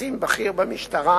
קצין בכיר במשטרה,